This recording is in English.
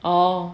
oh